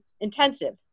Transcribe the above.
intensive